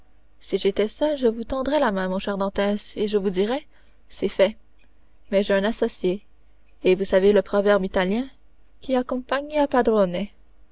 si j'étais seul je vous tendrais la main mon cher dantès et je vous dirais c'est fait mais j'ai un associé et vous savez le proverbe italien che a